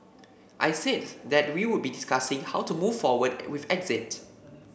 I said that we would be discussing how to move forward with exit